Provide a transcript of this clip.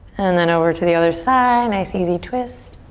and then over to the other side. nice, easy twist.